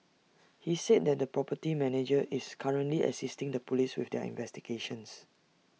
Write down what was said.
he said the property manager is currently assisting the Police with their investigations